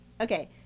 Okay